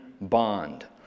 bond